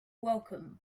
welcome